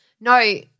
no